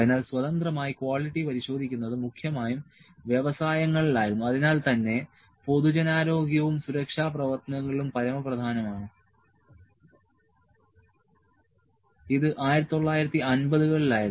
അതിനാൽ സ്വതന്ത്രമായി ക്വാളിറ്റി പരിശോധിക്കുന്നത് മുഖ്യമായും വ്യവസായങ്ങളിലായിരുന്നു അതിൽ തന്നെ പൊതുജനാരോഗ്യവും സുരക്ഷാ പ്രവർത്തനങ്ങളിലും പരമപ്രധാനമാണ് ഇത് 1950 കളിലായിരുന്നു